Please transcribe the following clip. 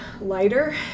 lighter